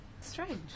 Strange